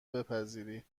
بپذیری